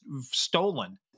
stolen